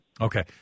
Okay